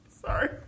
Sorry